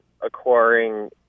acquiring